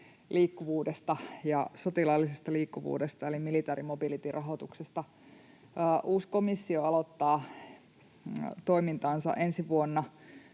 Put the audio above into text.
liikkuvuudesta ja sotilaallisesta liikkuvuudesta eli military mobility -rahoituksesta. Uusi komissio aloittaa toimintansa ensi vuonna,